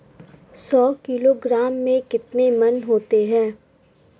सौ किलोग्राम में कितने मण होते हैं?